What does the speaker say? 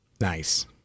Nice